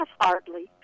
hardly